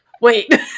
Wait